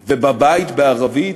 ובבית, בערבית,